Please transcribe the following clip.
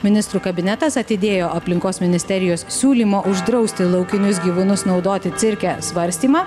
ministrų kabinetas atidėjo aplinkos ministerijos siūlymo uždrausti laukinius gyvūnus naudoti cirke svarstymą